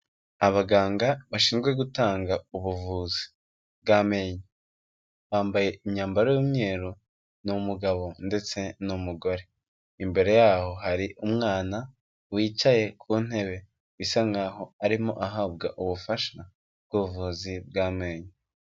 Abaganga bashinzwe gutanga ubuvuzi bw'amenyo, bambaye imyambaro y'imyeru. Ni umugabo ndetse n'umugore, imbere yaho hari umwana wicaye ku ntebe bisa nkaho arimo ahabwa ubufasha bw'ubuvuzi bw'amenyo.